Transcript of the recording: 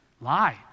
lie